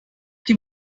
die